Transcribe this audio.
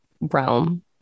realm